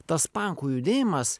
tas pankų judėjimas